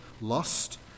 lust